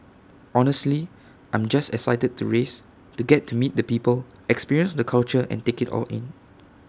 honestly I'm just excited to race to get to meet the people experience the culture and take IT all in